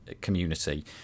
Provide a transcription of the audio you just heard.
community